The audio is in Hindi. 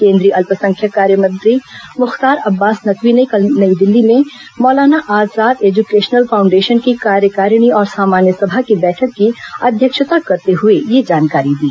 केंद्रीय अल्पसंख्यक कार्य मंत्री मुख्तार अब्बास नकवी ने कल नई दिल्ली में मौलाना आजाद एजुकेशनल फाउंडेशन की कार्यकारिणी और सामान्य सभा की बैठक की अध्यक्षता करते हुए यह जानकारी दी